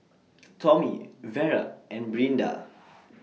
Tommie Vera and Brinda